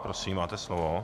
Prosím, máte slovo.